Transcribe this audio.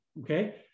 Okay